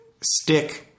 STICK